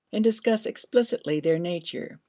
and discuss explicitly their nature.